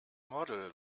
model